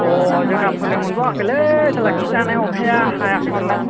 अह जोंना फोनो मोनबावआखैलै साला खि जानाय अखाया हायाखैमोनना